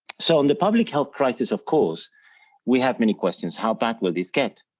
so on the public health crisis of course we have many questions, how bad will this get?